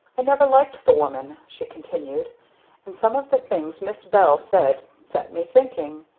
i never liked the woman, she continued and some of the things miss bell said set me thinking.